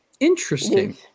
Interesting